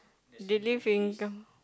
they live in kam~